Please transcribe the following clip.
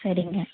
சரிங்க